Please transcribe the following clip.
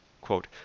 quote